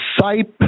sipe